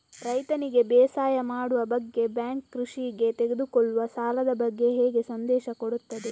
ರೈತನಿಗೆ ಬೇಸಾಯ ಮಾಡುವ ಬಗ್ಗೆ ಬ್ಯಾಂಕ್ ಕೃಷಿಗೆ ತೆಗೆದುಕೊಳ್ಳುವ ಸಾಲದ ಬಗ್ಗೆ ಹೇಗೆ ಸಂದೇಶ ಕೊಡುತ್ತದೆ?